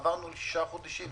עברנו לשישה חודשים,